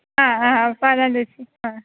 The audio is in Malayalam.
ആ ആ പറയാം ചേച്ചി പറയാം